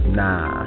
nah